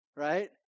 Right